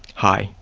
hi,